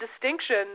distinction